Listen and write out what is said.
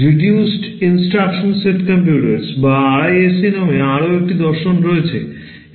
reduced instruction set computers বা RISC নামে আরও একটি দর্শন আছে